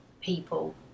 people